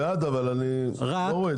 בעד, אבל אני לא רואה את זה.